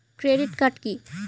Credit card key?